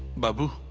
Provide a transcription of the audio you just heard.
babu